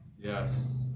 Yes